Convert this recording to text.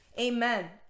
amen